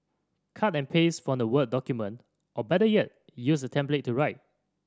cut and paste from the word document or better yet use the template to write